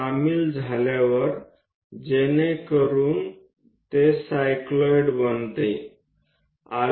આ બધાને જોડો કે જેથી તે સાયક્લોઈડ બનાવે છે